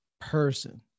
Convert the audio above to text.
person